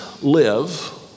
live